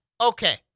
okay